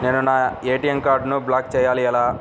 నేను నా ఏ.టీ.ఎం కార్డ్ను బ్లాక్ చేయాలి ఎలా?